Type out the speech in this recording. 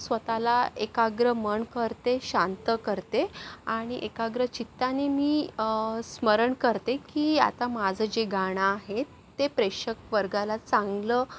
स्वत ला एकाग्र मन करते शांत करते आणि एकाग्रचित्ताने मी स्मरण करते की आता माझं जे गाणं आहे ते प्रेक्षकवर्गाला चांगलं